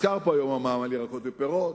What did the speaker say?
והוזכר פה היום המע"מ על ירקות ופירות.